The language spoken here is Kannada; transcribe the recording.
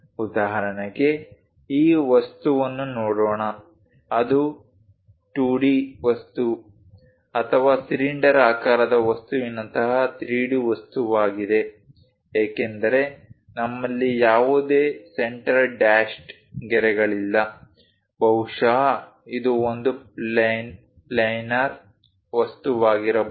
ಉದಾಹರಣೆಗೆ ಈ ವಸ್ತುವನ್ನು ನೋಡೋಣ ಅದು 2D ವಸ್ತು ಅಥವಾ ಸಿಲಿಂಡರಾಕಾರದ ವಸ್ತುವಿನಂತಹ 3D ವಸ್ತುವಾಗಿದೆ ಏಕೆಂದರೆ ನಮ್ಮಲ್ಲಿ ಯಾವುದೇ ಸೆಂಟರ್ ಡ್ಯಾಶ್ಡ್ ಗೆರೆಗಳಿಲ್ಲ ಬಹುಶಃ ಇದು ಒಂದು ಪ್ಲ್ಯಾನರ್ ವಸ್ತುವಾಗಿರಬೇಕು